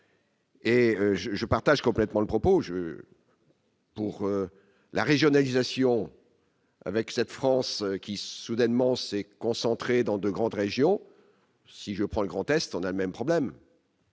je je partage complètement le propos je veux. Pour la régionalisation. Avec cette France qui soudainement s'est concentrée dans de grandes régions si je prends le grand test, on a même problème.